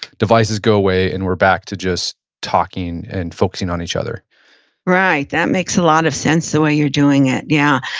devices go away and we're back to just talking and focusing on each other right, that makes a lot of sense the way you're doing it, yeah.